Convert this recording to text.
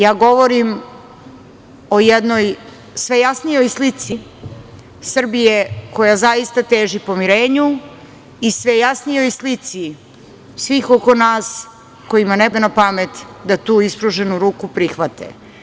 Ja govorim o jednoj sve jasnijoj slici Srbije koja zaista teži pomirenju i sve jasnijoj slici svih oko nas kojima ne pada na pamet da tu ispruženu ruku prihvate.